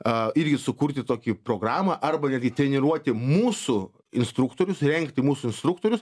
a irgi sukurti tokį programą arba netgi treniruoti mūsų instruktorius ir rengti mūsų instruktorius